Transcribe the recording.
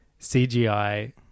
CGI